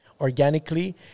Organically